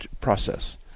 process